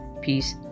peace